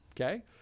Okay